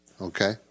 Okay